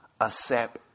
accept